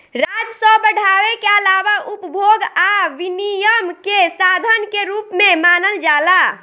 राजस्व बढ़ावे के आलावा उपभोग आ विनियम के साधन के रूप में मानल जाला